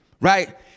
right